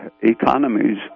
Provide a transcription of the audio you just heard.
economies